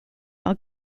are